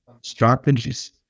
strategies